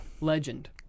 Legend